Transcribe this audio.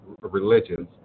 religions